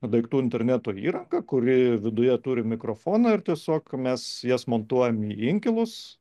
daiktų interneto įranga kuri viduje turi mikrofoną ir tiesiog mes jas montuojam į inkilus